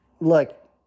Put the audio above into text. look